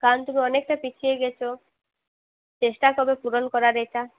কারণ তুমি অনেকটা পিছিয়ে গেছো চেষ্টা ক্বে পূরণ করার এটা